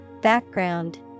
Background